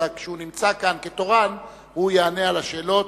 אלא כשהוא נמצא כאן כתורן הוא יענה על השאלות